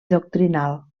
doctrinal